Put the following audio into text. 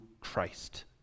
Christ